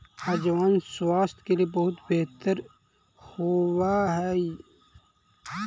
अजवाइन स्वास्थ्य के लिए बहुत बेहतर होवअ हई